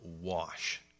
wash